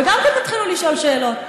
וגם כן תתחילו לשאול שאלות.